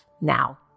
now